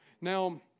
Now